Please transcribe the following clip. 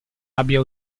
abbia